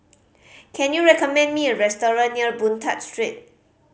can you recommend me a restaurant near Boon Tat Street